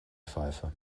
pfeife